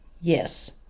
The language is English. Yes